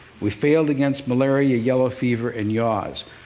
we failed against malaria, yellow fever and yaws.